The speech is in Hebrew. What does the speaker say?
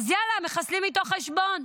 אז יאללה, מחסלים איתו חשבון.